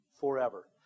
forever